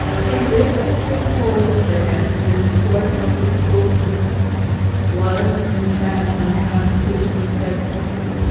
he basically holds that the detroit public school system was in fact unconstitutionally segregated,